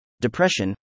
depression